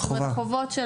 זוהי חובה.